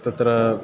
तत्र